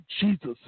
Jesus